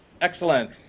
Excellent